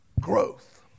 growth